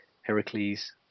Heracles